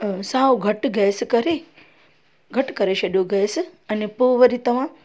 साव घटि गैस करे घटि करे छॾियो गैस अने पोइ वरी तव्हां